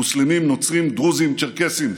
מוסלמים, נוצרים, דרוזים, צ'רקסים.